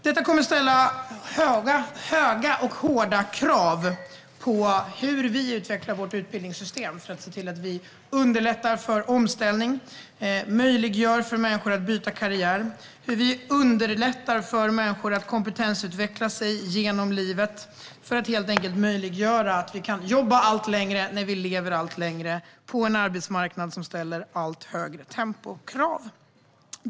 Detta kommer att ställa höga och hårda krav på hur vi utvecklar vårt utbildningssystem för att se till att vi underlättar för omställning och möjliggör för människor att byta karriär. Det handlar om hur vi underlättar för människor att kompetensutveckla sig genom livet. Det handlar helt enkelt om att göra det möjligt för oss att jobba allt längre, när vi lever allt längre, på en arbetsmarknad som har allt högre tempo och som ställer allt högre krav.